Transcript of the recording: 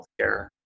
healthcare